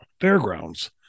fairgrounds